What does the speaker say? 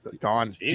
Gone